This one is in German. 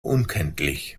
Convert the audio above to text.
unkenntlich